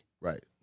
Right